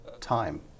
time